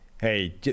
hey